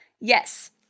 Yes